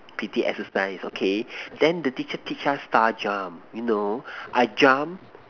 P_T exercise okay then the teacher teach us star jump you know I jump